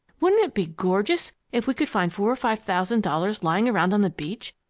wouldn't it be gorgeous if we could find four or five thousand dollars lying around on the beach?